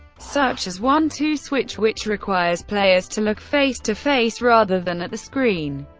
such as one two switch which requires players to look face-to-face rather than at the screen.